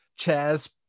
Chaz